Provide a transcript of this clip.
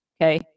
Okay